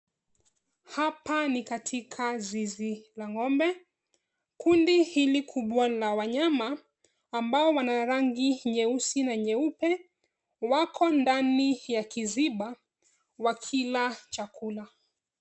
Hapa ni katika zizi la ng'ombe. Kundi hili kubwa la wanyama ambao wana rangi nyeusi na nyeupe, wako ndani ya kizimba wakila chakula.